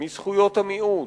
של זכויות המיעוט,